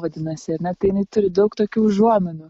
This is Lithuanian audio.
vadinasi ar ne tai jinai turi daug tokių užuominų